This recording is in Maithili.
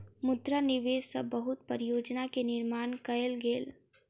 मुद्रा निवेश सॅ बहुत परियोजना के निर्माण कयल गेल